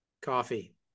Coffee